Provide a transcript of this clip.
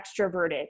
extroverted